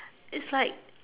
it's like